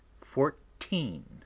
fourteen